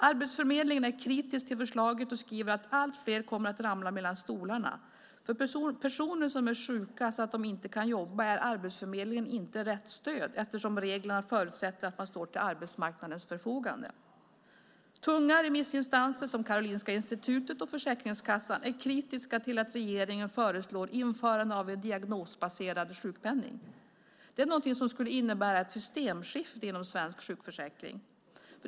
Arbetsförmedlingen är kritisk till förslaget och skriver att allt fler kommer att ramla mellan stolarna. För personer som är så sjuka att de inte kan jobba är Arbetsförmedlingen inte rätt stöd eftersom reglerna förutsätter att man står till arbetsmarknadens förfogande. Tunga remissinstanser som Karolinska Institutet och Försäkringskassan är kritiska till att regeringen föreslår införande av en diagnosbaserad sjukpenning. Det är någonting som skulle innebära ett systemskifte inom svensk sjukförsäkring.